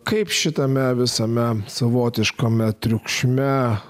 kaip šitame visame savotiškame triukšme